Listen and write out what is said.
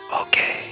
Okay